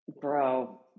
Bro